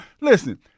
listen